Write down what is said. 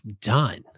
done